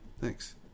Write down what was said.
thanks